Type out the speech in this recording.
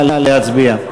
נא להצביע.